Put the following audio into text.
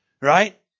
Right